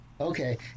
Okay